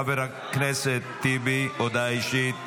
חבר הכנסת טיבי, הודעה אישית.